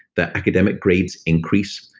their academic grades increase,